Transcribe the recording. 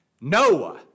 Noah